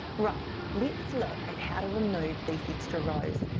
right let's look at how to remove these extra rows.